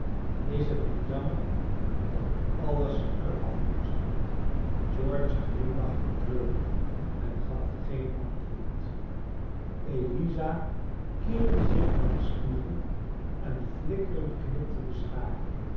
is het niet jammer dat alles er af moet george glimlachte treurig en gaf geen antwoord eliza keerde zich naar den spiegel en flikkerend knipte de schaar